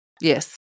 Yes